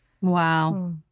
wow